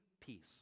peace